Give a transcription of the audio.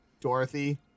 Dorothy